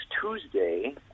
Tuesday